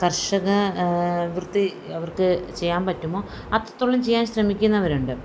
കർഷക വൃത്തി അവർക്ക് ചെയ്യാൻ പറ്റുമോ അത്രത്തോളം ചെയ്യാൻ ശ്രമിക്കുന്നവരുണ്ട്